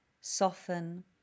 soften